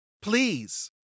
Please